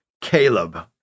Caleb